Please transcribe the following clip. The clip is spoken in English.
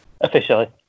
Officially